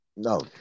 No